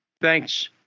thanks